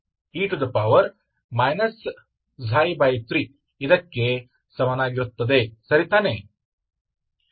v29e 3 ಇದಕ್ಕೆ ಸಮಾನವಾಗಿರುತ್ತದೆ ಸರಿ ತಾನೇ